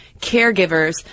caregivers